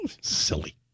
silly